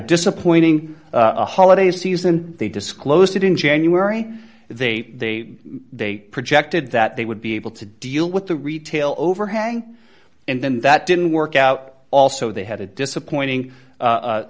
disappointing holiday season they disclosed that in january they they projected that they would be able to deal with the retail overhang and then that didn't work out also they had a disappointing